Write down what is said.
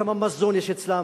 ואתה יודע כמה מזון יש אצלם,